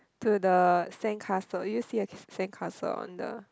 to the sand castle do you see a sand castle on the